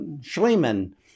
Schliemann